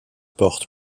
porte